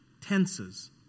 tenses